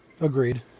Agreed